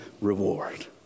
reward